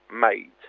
made